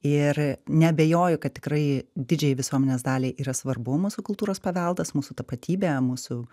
ir neabejoju kad tikrai didžiajai visuomenės daliai yra svarbu mūsų kultūros paveldas mūsų tapatybė mūsų